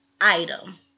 item